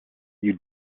you